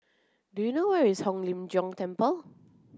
do you know where is Hong Lim Jiong Temple